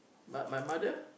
but my mother